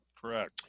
Correct